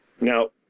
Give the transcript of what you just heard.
Now